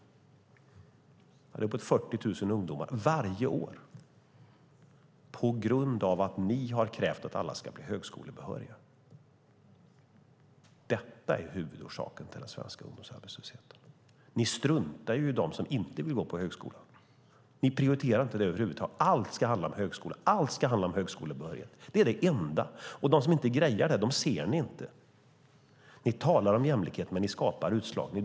Det är uppåt 40 000 ungdomar varje år - på grund av att ni har krävt att alla ska bli högskolebehöriga. Detta är huvudorsaken till den svenska ungdomsarbetslösheten. Ni struntar i dem som inte vill gå på högskolan. Ni prioriterar inte dem över huvud taget. Allt ska handla om högskolan. Allt ska handla om högskolebehörighet. Det är det enda. De som inte grejar det ser ni inte. Ni talar om jämlikhet, men ni skapar utslagning.